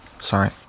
Sorry